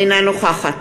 אינה נוכחת